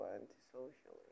antisocial